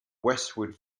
westwood